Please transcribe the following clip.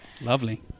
Lovely